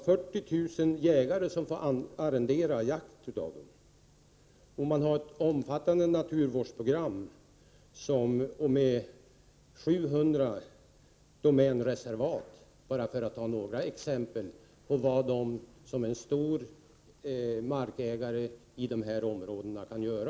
40 000 jägare får arrendera jakt, och man har ett omfattande naturvårdsprogram med 700 domänreservat — för att bara ta några exempel på vad domänverket som en stor markägare i de här områdena kan göra.